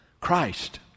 Christ